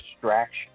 distraction